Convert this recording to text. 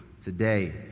today